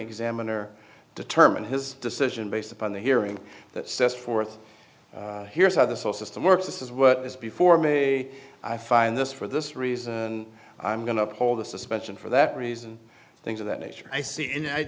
examiner determined his decision based upon the hearing that set forth here's how this whole system works this is what is before me i find this for this reason i'm going to uphold the suspension for that reason things of that nature i see